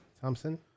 Thompson